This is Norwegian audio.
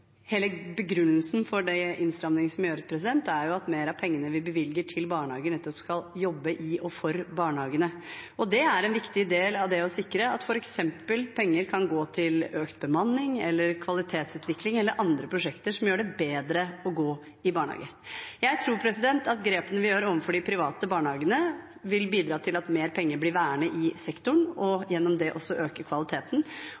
Hele begrunnelsen for de innstrammingene som gjøres, er at mer av pengene vi bevilger til barnehage, nettopp skal jobbe i og for barnehagene. Det er en viktig del av det å sikre at f.eks. penger kan gå til økt bemanning, kvalitetsutvikling eller andre prosjekter som gjør det bedre å gå i barnehage. Jeg tror at grepene vi tar overfor de private barnehagene, vil bidra til at mer penger blir værende i sektoren,